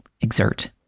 exert